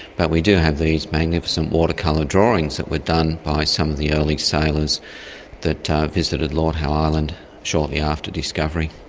but we do have these magnificent watercolour drawings that were done by some of the early sailors that visited lord howe island shortly after discovery.